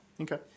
Okay